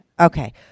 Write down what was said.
Okay